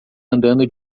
andando